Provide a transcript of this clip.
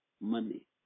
money